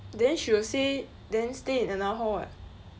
then she will say then stay in another hall [what]